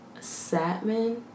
Satman